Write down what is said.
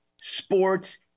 sports